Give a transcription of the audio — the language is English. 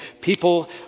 people